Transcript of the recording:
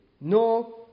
no